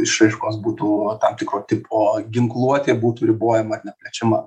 išraiškos būtų tam tikro tipo ginkluotė būtų ribojama ir neplečiama